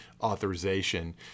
authorization